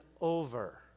over